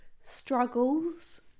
struggles